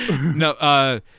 No